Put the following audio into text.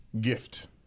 gift